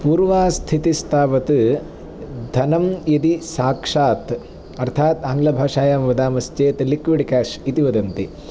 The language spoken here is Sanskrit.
पूर्वा स्थितिस्तावत् धनं यदि साक्षात् अर्थात् आङ्गलभाषायां वदामश्चेत् लिक्विड् कैश् इति वदन्ति